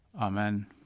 Amen